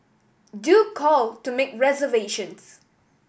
do call to make reservations